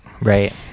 right